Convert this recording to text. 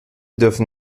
dürfen